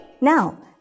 Now